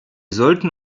sollten